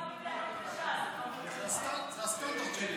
זה הסטנדרט שלי